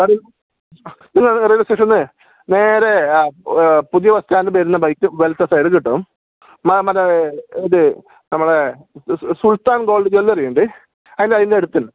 പറയൂ നിങ്ങൾ railway station നിന്ന് നേരെ ആ പുതിയ ബസ് സ്റ്റാൻഡ് വരുന്ന വഴിക്ക് വലത്തേ സൈഡ് കിട്ടും മറ്റേ ഇത് നമ്മളെ സുൽത്താൻ ഗോൾഡ് ജ്വല്ലറി ഉണ്ട് അതിൻ്റെ അതിൻ്റെ അടുത്ത് തന്നെ